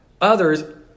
others